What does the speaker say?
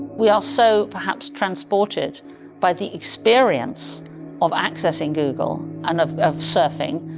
we are so perhaps transported by the experience of accessing google, and of of surfing,